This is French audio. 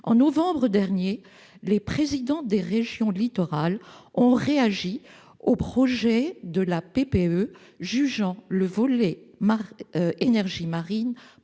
En novembre dernier, les présidents des régions littorales ont réagi au projet de la PPE, jugeant le volet énergies marines